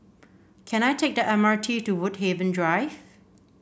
can I take the M R T to Woodhaven Drive